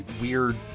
weird